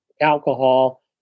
alcohol